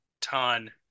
ton